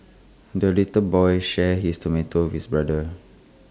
the little boy shared his tomato with brother